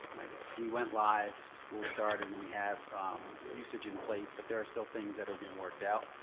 we went live, school started and we have usage in place but there are still things that are being worked out.